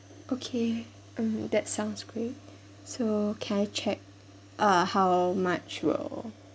okay mm that sounds great so can I check uh how much will